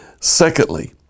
Secondly